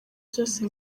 byose